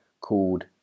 called